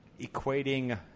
equating